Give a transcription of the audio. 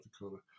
Dakota